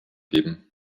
geben